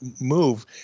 move